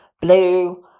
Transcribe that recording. blue